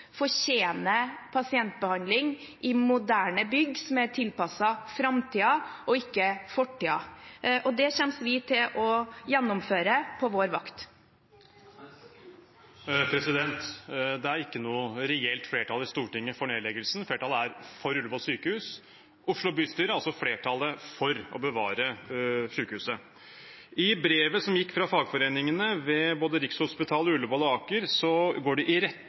fortjener pasientbehandling i moderne bygg som er tilpasset framtiden og ikke fortiden, og det kommer vi til å gjennomføre på vår vakt. Det har ikke noe reelt flertall i Stortinget for nedleggelsen. Flertallet er for Ullevål sykehus Flertallet i Oslo bystyre er for å bevare sykehuset. I brevet som gikk fra fagforeningene ved både Rikshospitalet, Ullevål og Aker, går de i